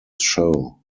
show